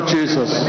Jesus